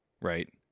right